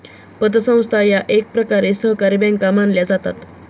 पतसंस्था या एकप्रकारे सहकारी बँका मानल्या जातात